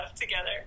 together